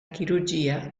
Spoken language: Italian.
chirurgia